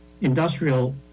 industrial